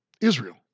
Israel